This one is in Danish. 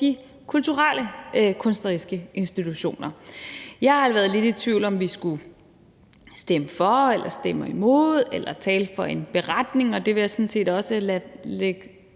kulturelle, kunstneriske institutioner. Jeg har været lidt i tvivl om, om vi skulle stemme for eller stemme imod eller tale for en beretning, og jeg vil sådan set også lægge